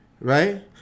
Right